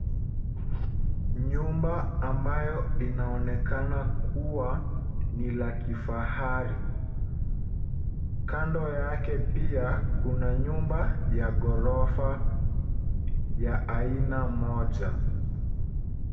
Nyumba ambayo inaonekana kuwa ni la kifahari. Kando yake pia kuna nyumba ya ghorofa ya aina moja.